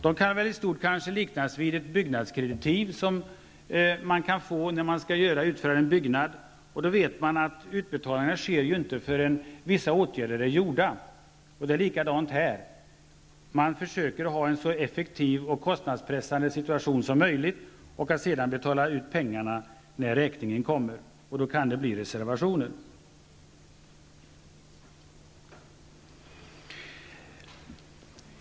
Det kan i stort kanske liknas vid ett byggnadskreditiv, som man kan få när man skall uppföra en byggnad. Då vet man att utbetalningarna inte sker förrän vissa åtgärder är gjorda. Det är likadant här. Man försöker vara effektiv och pressa kostnaderna så mycket som möjligt och sedan betala ut pengarna när räkningen kommer, och då kan det bli reservationer.